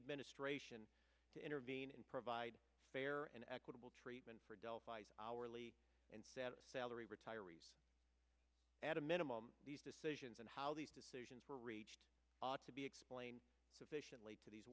administration to intervene and provide fair and equitable treatment for delphi hourly instead of salary retirees at a minimum these decisions and how these decisions were reached ought to be explained efficiently to these